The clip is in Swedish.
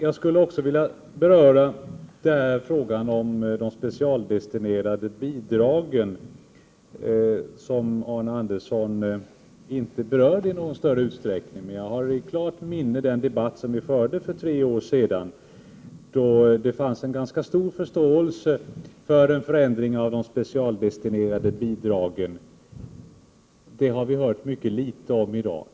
Jag skulle också vilja beröra frågan om de specialdestinerade bidragen, som Arne Andersson inte berörde i någon större utsträckning. Jag har dock i klart minne den debatt som vi förde för tre år sedan, då det fanns en ganska stor förståelse för en förändring av de specialdestinerade bidragen. Detta har vi hört mycket litet om i dag.